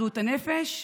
בריאות הנפש,